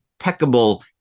impeccable